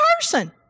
person